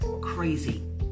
crazy